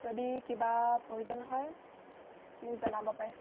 যদি কিবা প্ৰয়োজন হয় মোক জনাব পাৰে